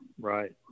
right